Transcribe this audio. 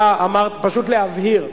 פשוט להבהיר.